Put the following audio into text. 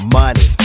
money